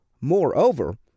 Moreover